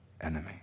enemy